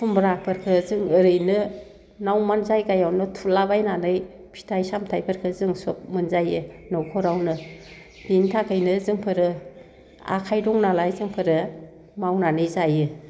खुमब्राफोरखो जों ओरैनो ना अमानि जायगायावनो थुला बायनानै फिथाइ सामथाइफोरखो जों सब मोनजायो न'खरावनो बिनि थाखायनो जोंफोरो आखाइ दंनालाय जोंफोरो मावनानै जायो